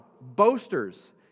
boasters